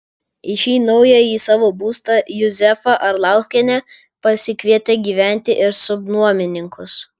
į šį naująjį savo būstą juzefa arlauskienė pasikvietė gyventi ir subnuomininkus